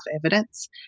evidence